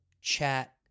chat